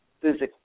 physically